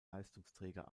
leistungsträger